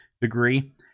degree